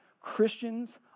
Christians